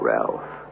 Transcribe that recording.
Ralph